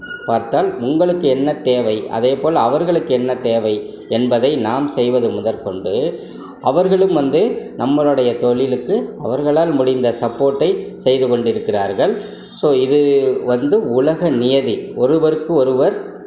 பார்த்தால் உங்களுக்கு என்ன தேவை அதேபோல் அவர்களுக்கு என்ன தேவை என்பதை நாம் செய்வது முதற்கொண்டு அவர்களும் வந்து நம்மளுடைய தொழிலுக்கு அவர்களால் முடிந்த சப்போர்ட்டை செய்து கொண்டிருக்கிறார்கள் ஸோ இது வந்து உலக நியதி ஒருவருக்கு ஒருவர்